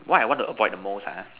what I want to avoid the most ah